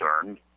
concerned